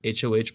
HOH